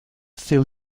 still